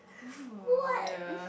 !woo! yea